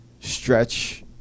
Stretch